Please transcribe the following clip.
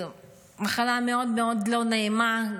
זו מחלה מאוד מאוד לא נעימה,